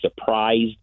surprised